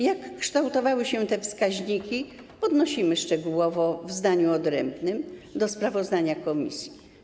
Jak kształtowały się te wskaźniki, podnosimy szczegółowo w zdaniu odrębnym do sprawozdania komisji.